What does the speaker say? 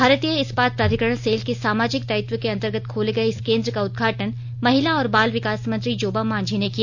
भारतीय इस्पात प्राधिकरण सेल के सामाजिक दायित्व के अंतर्गत खोले गए इस केंद्र का उदघाटन महिला और बाल विकास मंत्री जोबा मांझी ने किया